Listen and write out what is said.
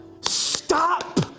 Stop